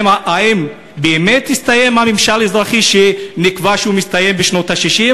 האם באמת הסתיים הממשל האזרחי שנקבע שהוא מסתיים בשנות ה-60,